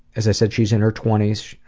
as i said, she's in her twenty s